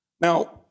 Now